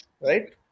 right